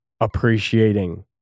appreciating